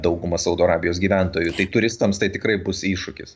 dauguma saudo arabijos gyventojų tai turistams tai tikrai bus iššūkis